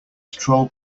troll